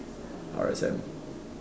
R_S_M